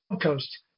Coast